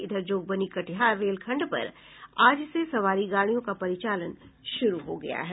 इधर जोगबनी कटिहार रेलखंड पर आज से सवारी गाड़ियों का परिचालन शुरू हो गया है